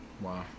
Wow